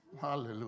Hallelujah